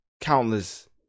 countless